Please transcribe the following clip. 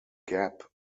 gap